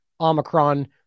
Omicron